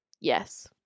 Yes